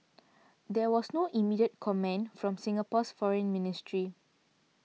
there was no immediate comment from Singapore's foreign ministry